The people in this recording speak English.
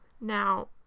Now